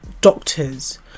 doctors